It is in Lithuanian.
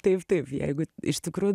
taip taip jeigu iš tikrųjų